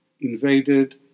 invaded